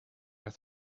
you